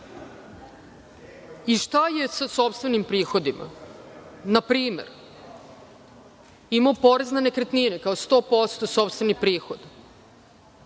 je sa sopstvenim prihodima? Na primer, imamo porez na nekretnine kao 100% sopstveni prihod